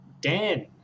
Dan